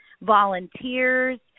volunteers